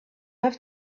have